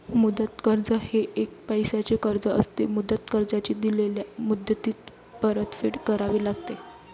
मुदत कर्ज हे एक पैशाचे कर्ज असते, मुदत कर्जाची दिलेल्या मुदतीत परतफेड करावी लागते